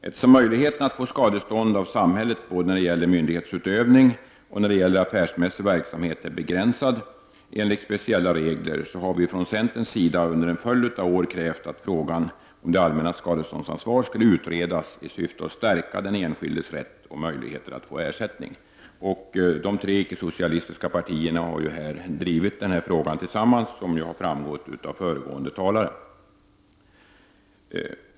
Eftersom möjligheterna att få skadestånd av samhället både när det gäller myndighetsutövning och när det gäller affärsmässig verksamhet är begränsade enligt speciella regler, har vi från centerns sida under en följd av år krävt att frågan om det allmännas skadeståndsansvar skulle utredas i syfte att stärka den enskildes rätt och möjligheter att få ersättning. De tre icke-socialistiska partierna har ju drivit den här frågan tillsammans, såsom föregående talare har framhållit.